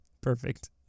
Perfect